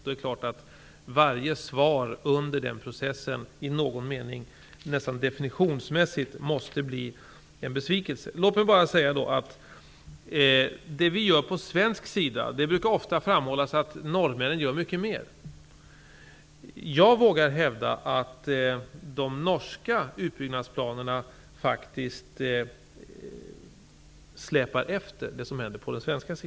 Det är klart att varje svar under den processen nästan definitionsmässigt måste bli en besvikelse. Det brukar ofta framhållas att norrmännen gör mycket mer än vad vi gör från svensk sida. Jag vågar hävda att de norska utbyggnadsplanerna faktiskt släpar efter de svenska.